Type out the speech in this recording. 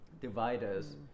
dividers